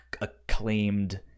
acclaimed